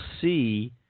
see